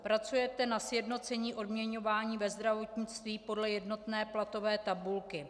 Pracujete na sjednocení odměňování ve zdravotnictví podle jednotné platové tabulky?